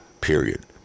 period